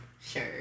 Sure